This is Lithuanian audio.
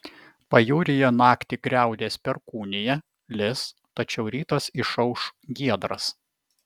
pajūryje naktį griaudės perkūnija lis tačiau rytas išauš giedras